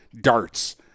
darts